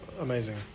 amazing